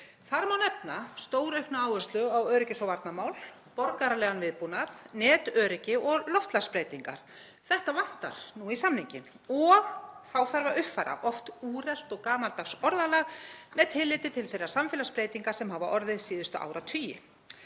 Þar má nefna stóraukna áherslu á öryggis- og varnarmál, borgaralegan viðbúnað, netöryggi og loftslagsbreytingar. Þetta vantar í samninginn. Þá þarf að uppfæra oft úrelt og gamaldags orðalag með tilliti til þeirra samfélagsbreytinga sem hafa orðið síðustu áratugi.